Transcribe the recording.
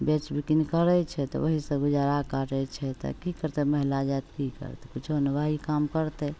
बेच बिकिन करै छै तऽ वएहसे गुजारा करै छै तऽ कि करतै महिला जाति कि करतै किछु नहि वएह काम करतै